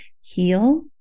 heal